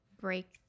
break